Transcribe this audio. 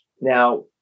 Now